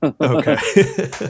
okay